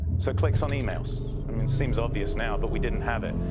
so, click some emails, i mean it seems obvious now but we didn't have it.